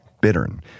Bittern